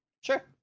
Sure